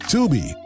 Tubi